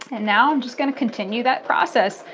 and now i'm just going to continue that process,